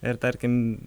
ir tarkim